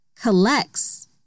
collects